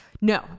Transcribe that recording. No